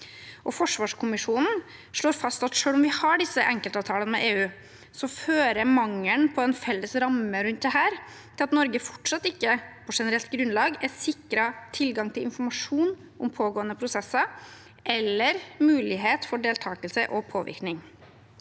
Forsvarskommisjonen slår fast at selv om vi har disse enkeltavtalene med EU, fører mangelen på en felles ramme rundt dette til at Norge fortsatt ikke på generelt grunnlag er sikret tilgang til informasjon om pågående prosesser eller mulighet for deltakelse og påvirkning.